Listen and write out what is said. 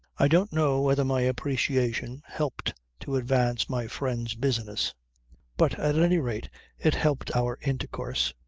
i don't know whether my appreciation helped to advance my friend's business but at any rate it helped our intercourse.